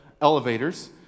elevators